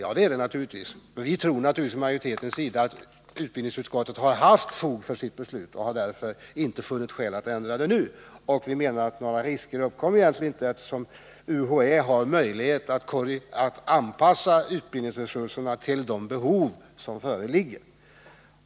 Ja, det är det naturligtvis, men majoriteten tror att utbildningsutskottet har haft fog för sitt beslut, och vi har därför inte funnit något skäl att ändra det beslutet. Vi anser att några egentliga risker inte uppkommer, eftersom UHÄ har möjlighet att anpassa utbildningsresurserna till de behov som föreligger.